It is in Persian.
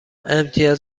امتیاز